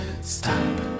Stop